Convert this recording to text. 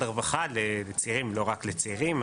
הרווחה לצעירים אבל לא רק לצעירים.